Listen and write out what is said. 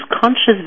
conscious